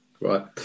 Right